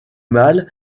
mâle